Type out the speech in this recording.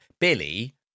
Billy